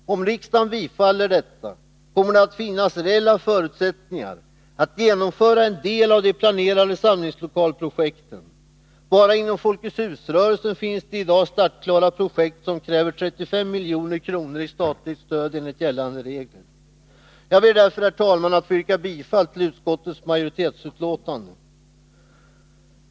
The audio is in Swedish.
Om riksdagen bifaller utskottets hemställan, kommer det att finnas reella förutsättningar att genomföra en del av de planerade samlingslokalprojekten. Bara inom Folkets hus-rörelsen finns det i dag startklara projekt som kräver 35 milj.kr. i statligt stöd enligt gällande regler. Jag ber därför, herr talman, att få yrka bifall till utskottets hemställan.